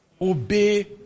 obey